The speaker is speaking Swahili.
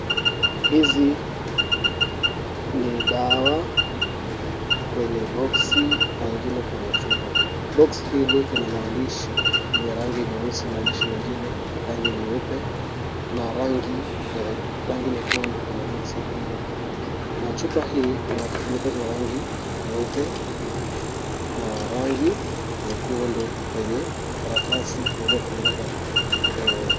Hizi ni dawa kwenye boksi na ingine kwenye chupa. Boksi hili lina maandishi yenye rangi nyeusi, maandishi mengine rangi nyeupe, na rangi nyekundu kwenye boksi hili. Na chupa hii ina kifuniko cha rangi nyeupe, na rangi nyekundu kwenye karatasi iliyofunikwa.